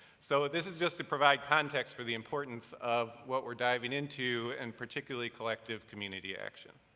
so this is just to provide context for the importance of what we're diving into, and particularly collective community action.